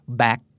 back